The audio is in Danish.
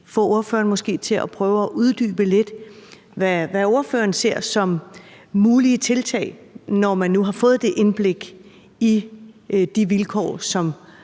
få ordføreren til måske at prøve at uddybe lidt, hvad ordføreren ser som mulige tiltag, når man nu har fået det indblik i de vilkår, som